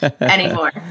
anymore